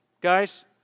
Guys